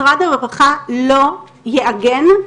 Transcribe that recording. משרד הרווחה לא יעגן,